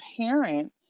parent